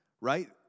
right